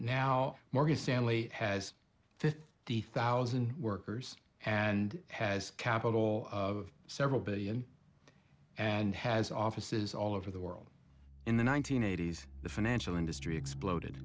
now morgan stanley has the thousand workers and has capital of several billion and has offices all over the world in the one nine hundred eighty s the financial industry exploded